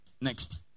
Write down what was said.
Next